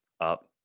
up